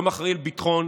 שאחראי לביטחון